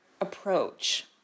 approach